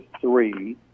three